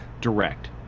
Direct